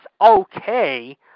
okay